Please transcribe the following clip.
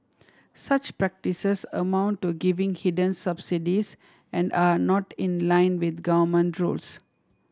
such practices amount to giving hidden subsidies and are not in line with government rules